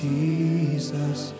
Jesus